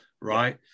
right